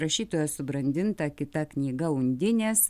rašytojos subrandinta kita knyga undinės